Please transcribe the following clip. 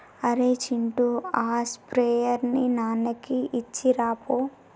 అరేయ్ చింటూ ఆ స్ప్రేయర్ ని నాన్నకి ఇచ్చిరాపో